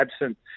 absent